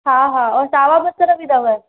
हा हा और सावा बसर बि अथव